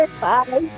Bye